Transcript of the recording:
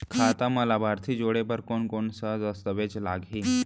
खाता म लाभार्थी जोड़े बर कोन कोन स दस्तावेज लागही?